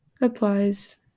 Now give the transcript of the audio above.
applies